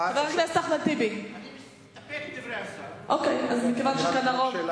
אני מסתפק בדברי השר.